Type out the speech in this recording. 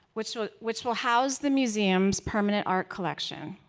which will which will house the museum's permanent art collection.